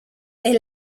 est